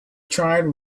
tried